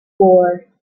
four